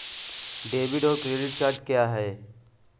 Debit और credit क्या है?